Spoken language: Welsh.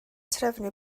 trefnu